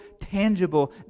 tangible